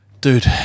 Dude